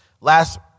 Last